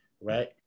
right